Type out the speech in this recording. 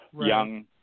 young